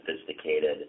sophisticated